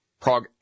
Prague